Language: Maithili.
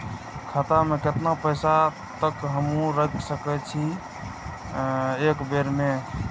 खाता में केतना पैसा तक हमू रख सकी छी एक बेर में?